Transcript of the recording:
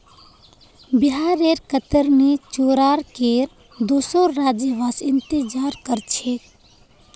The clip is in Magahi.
बिहारेर कतरनी चूड़ार केर दुसोर राज्यवासी इंतजार कर छेक